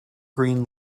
green